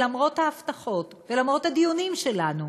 שלמרות ההבטחות ולמרות הדיונים שלנו,